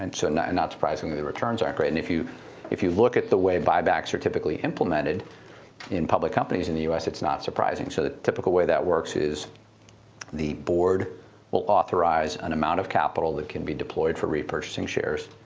and so not and not surprisingly, the returns aren't great. and if you if you look at the way buybacks are typically implemented in public companies in the us, it's not surprising. so the typical way that works is the board will authorize an amount of capital that can be deployed for repurchasing shares.